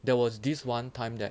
there was this one time that